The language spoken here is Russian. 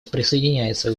присоединяется